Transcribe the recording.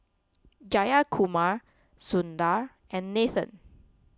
Jayakumar Sundar and Nathan